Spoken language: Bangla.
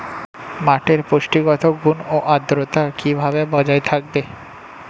মাটির পুষ্টিগত গুণ ও আদ্রতা কিভাবে বজায় থাকবে?